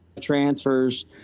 transfers